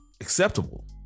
acceptable